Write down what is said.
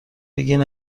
بگین